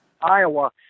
Iowa